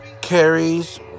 carries